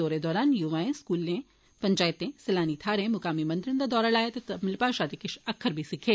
दौरे दौरान युवाए स्कूले पंचायतें सैलानी थहारें मुकामी मंदरें दा दौरा लाया ते तमिल भाषा दे किश अक्खर बी सिक्खे